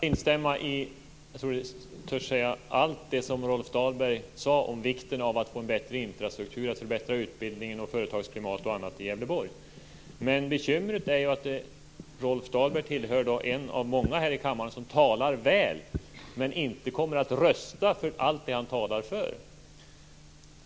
Fru talman! Det är lätt att instämma i allt det som Rolf Dahlberg sade om vikten av att få en bättre infrastruktur och förbättra utbildning och företagsklimat och annat i Gävleborg. Men bekymret är att Rolf Dahlberg är en av många här i kammaren som talar väl, men inte kommer att rösta för allt det han talar för.